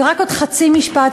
ורק עוד חצי משפט,